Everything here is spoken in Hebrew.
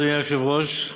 אדוני היושב-ראש,